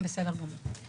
(הצגת מצגת)